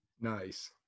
Nice